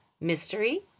Mystery